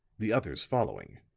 the others following.